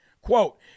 Quote